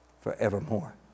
forevermore